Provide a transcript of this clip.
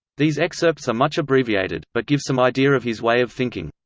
these excerpts are much abbreviated, but give some idea of his way of thinking.